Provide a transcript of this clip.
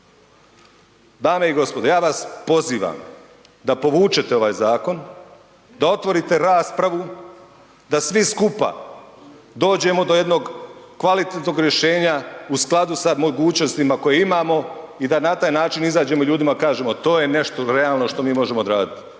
Dame i gospodo, ja vas pozivam da povučete ovaj zakon, da otvorite raspravu da svi skupa dođemo do jednog kvalitetnog rješenja u skladu sa mogućnostima koje imamo i da na taj način izađemo i ljudima kažemo to je nešto realno što mi možemo odraditi.